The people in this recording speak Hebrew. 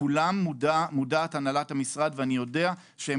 לכולם מודעת הנהלת המשרד ואני יודע שהם